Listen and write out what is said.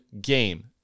game